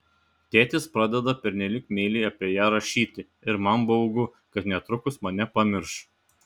tėtis pradeda pernelyg meiliai apie ją rašyti ir man baugu kad netrukus mane pamirš